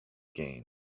games